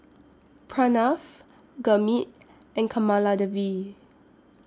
Pranav Gurmeet and Kamaladevi